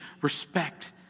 respect